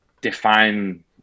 define